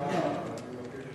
מחאה, מחאה, אבל אני מבקש